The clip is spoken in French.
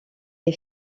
est